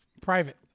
Private